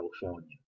California